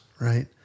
right